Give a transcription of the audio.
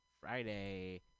Friday